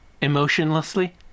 emotionlessly